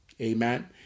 amen